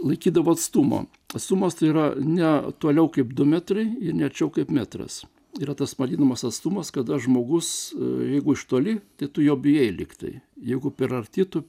laikydavau atstumą atstumas tai yra ne toliau kaip du metrai ir ne arčiau kaip metras yra tas vadinamas atstumas kada žmogus jeigu iš toli tai tu jo bijai likti jeigu per arti tu